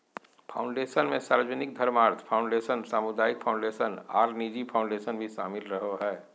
foundation मे सार्वजनिक धर्मार्थ फ़ाउंडेशन, सामुदायिक फ़ाउंडेशन आर निजी फ़ाउंडेशन भी शामिल रहो हय,